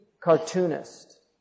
cartoonist